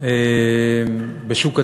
בשוק התעסוקה,